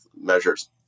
measures